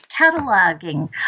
cataloging